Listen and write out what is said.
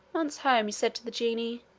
once home, he said to the genie